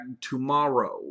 tomorrow